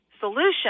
solution